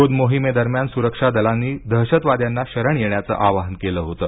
शोध मोहिमेदरम्यान सुरक्षा दलांनी दहशतवाद्यांना शरण येण्याचं आवाहन केलं होतं